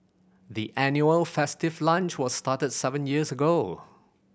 the annual festive lunch was started seven years ago